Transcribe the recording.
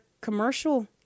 commercial